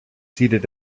seated